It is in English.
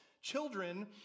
Children